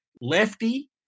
lefty